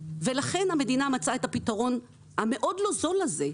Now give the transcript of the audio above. ולכן המדינה מצאה את הפיתרון המאוד לא זול הזה,